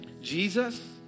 Jesus